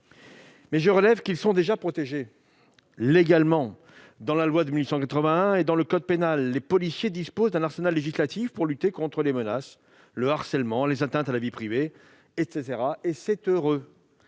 je relève qu'ils sont déjà protégés légalement par la loi de 1881 et par le code pénal. Les policiers disposent d'un arsenal législatif pour lutter contre les menaces, le harcèlement, les atteintes à la vie privée, etc., et c'est heureux.